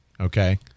okay